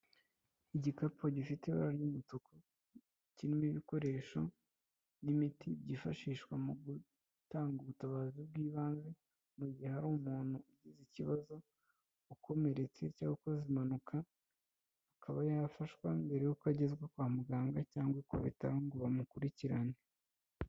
Igikapu gifite ibara ry'umutuku, kirimo ibikoresho n'imiti byifashishwa mu gutanga ubutabazi bw'ibanze mu gihe hari umuntu ugize ikibazo ukomeretse cyangwa akoze impanuka, akaba yafashwa mbere yuko agezwa kwa muganga cyangwa kubitaro ngo bamukurikirane.